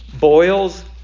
boils